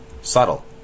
subtle